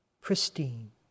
pristine